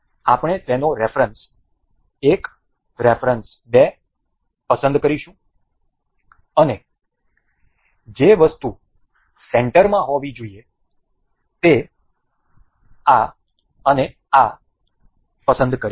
આપણે તેનો reference 1 reference 2 પસંદ કરીશું અને જે વસ્તુ સેન્ટરમાં હોવી જોઈએ તે આ અને આ પસંદ કરીશું